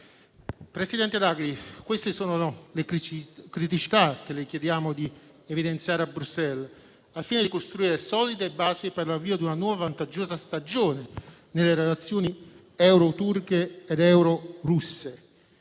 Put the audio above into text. Presidente Draghi, queste sono le criticità che le chiediamo di evidenziare a Bruxelles, al fine di costruire solide basi per l'avvio di una nuova vantaggiosa stagione nelle relazioni euro-turche ed euro-russe.